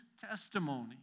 testimony